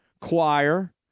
choir